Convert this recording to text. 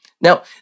Now